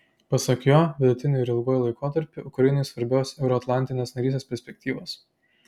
pasak jo vidutiniu ir ilguoju laikotarpiu ukrainai svarbios euroatlantinės narystės perspektyvos